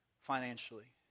financially